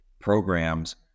programs